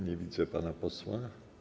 Nie widzę pana posła.